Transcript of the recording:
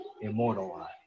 immortalized